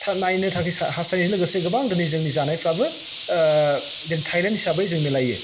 नायनो थाखाय हास्थायनायजों लोगोसे गोबां दिनै जोंनि जानायफ्राबो जों थायलेन्ड हिसाबै जों मिलायो